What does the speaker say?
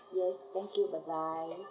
yes thank you bye bye